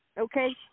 okay